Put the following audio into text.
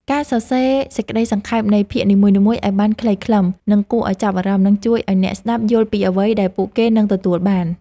ការសរសេរសេចក្តីសង្ខេបនៃភាគនីមួយៗឱ្យបានខ្លីខ្លឹម និងគួរឱ្យចាប់អារម្មណ៍នឹងជួយឱ្យអ្នកស្តាប់យល់ពីអ្វីដែលពួកគេនឹងទទួលបាន។